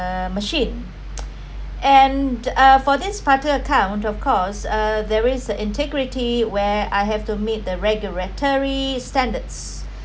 ma~ machine and uh for this particular account of course uh there is integrity where I have to meet the regulatory standards